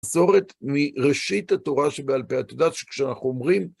מסורצ מראשית התורה שבעל פה, את יודעת שכשאנחנו אומרים